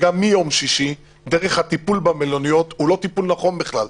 וגם מיום שישי דרך הטיפול במלוניות הוא בכלל לא טיפול נכון,